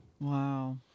Wow